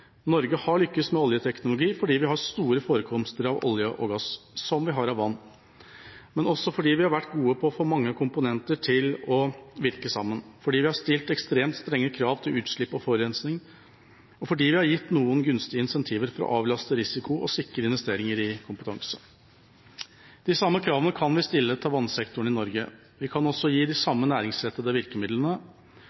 Norge har lyktes med oljeteknologi fordi vi har store forekomster av olje og gass, som vi har av vann, men også fordi vi har vært gode på å få mange komponenter til å virke sammen, fordi vi har stilt ekstremt strenge krav til utslipp og forurensning, og fordi vi har gitt noen gunstige incentiver for å avlaste risiko og sikre investeringer i kompetanse. De samme kravene kan vi stille til vannsektoren i Norge. Vi kan også gi de samme næringsrettede virkemidlene.